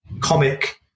comic